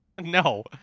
No